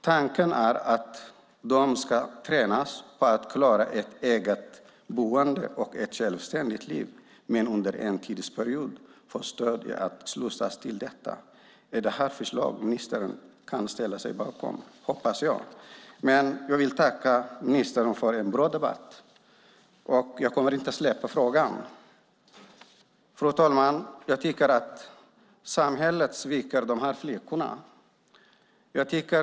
Tanken är att de ska tränas för att klara ett eget boende och ett självständigt liv men under en tidsperiod få stöd genom att slussas till detta. Jag hoppas att detta är förslag som ministern kan ställa sig bakom. Jag vill tacka ministern för en bra debatt, och jag kommer inte att släppa frågan. Fru talman! Samhället sviker dessa flickor.